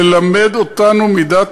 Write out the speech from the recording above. ללמד אותנו מידת